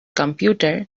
computer